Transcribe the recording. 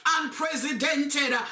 unprecedented